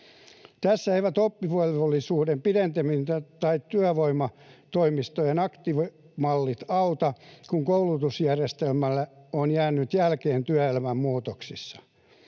Tässä eivät oppivelvollisuuden pidentäminen tai työvoimatoimistojen aktivointimallit auta, kun koulutusjärjestelmämme on jäänyt jälkeen työelämän muutoksesta.